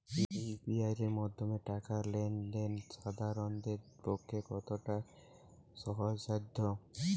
UPI এর মাধ্যমে টাকা লেন দেন সাধারনদের পক্ষে কতটা সহজসাধ্য?